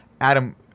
Adam